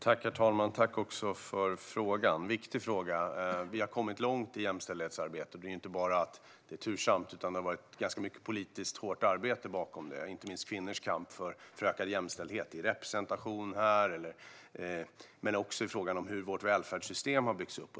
Herr talman! Tack för frågan! Det är en viktig fråga. Vi har kommit långt i jämställdhetsarbetet. Det är inte bara tursamt, utan det har varit ganska mycket politiskt hårt arbete bakom det. Det handlar inte minst om kvinnors kamp för ökad jämställdhet i fråga om representation här men också om hur vårt välfärdssystem har byggts upp.